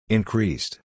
Increased